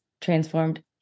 transformed